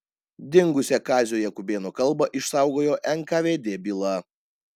dingusią kazio jakubėno kalbą išsaugojo nkvd byla